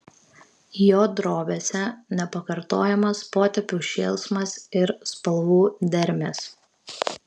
jo drobėse nepakartojamas potėpių šėlsmas ir spalvų dermės